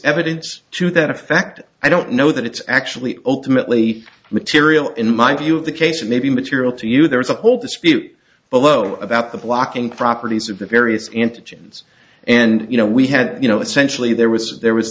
evidence to that effect i don't know that it's actually ultimately material in my view of the case may be material to you there is a whole dispute below about the blocking properties of the various antigens and you know we had you know essentially there was there was